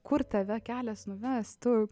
kur tave kelias nuves tu